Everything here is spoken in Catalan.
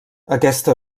aquesta